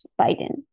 Biden